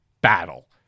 battle